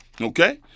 Okay